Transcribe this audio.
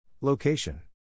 Location